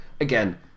Again